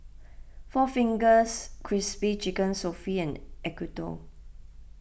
four Fingers Crispy Chicken Sofy and Acuto